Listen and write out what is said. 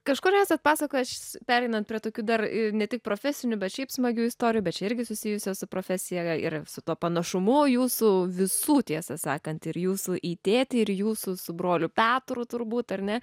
kažkur esat pasakojęs pereinant prie tokių dar ne tik profesinių bet šiaip smagių istorijų bet čia irgi susijusi su profesija ir su tuo panašumu jūsų visų tiesą sakant ir jūsų į tėtį ir jūsų su broliu petru turbūt ar ne